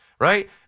right